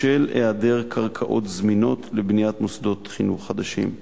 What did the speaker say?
בשל היעדר קרקעות זמינות לבניית מוסדות חינוך חדשים.